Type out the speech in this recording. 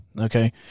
okay